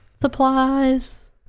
Supplies